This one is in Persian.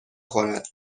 خورد